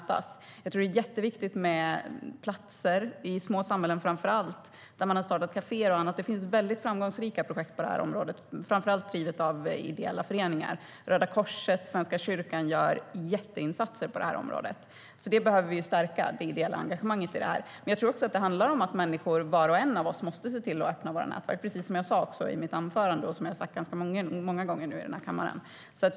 Jag tror att det är jätteviktigt med platser, framför allt i små samhällen, där man har startat kaféer och annat. Det finns väldigt framgångsrika projekt på detta område, framför allt sådana som drivs av ideella föreningar. Röda korset och Svenska kyrkan gör jätteinsatser på det här området. Det ideella engagemanget behöver vi alltså stärka. Jag tror också att det handlar om att vi, var och en av oss människor, måste se till att öppna våra nätverk, vilket jag också sa i mitt anförande och som jag har sagt ganska många gånger här i kammaren nu.